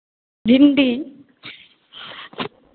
भिंडी